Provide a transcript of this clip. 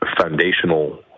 foundational